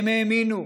הם האמינו,